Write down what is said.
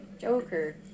Joker